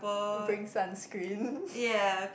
bring sunscreen